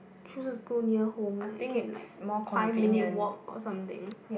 choose a school near home like you can like five minute walk or something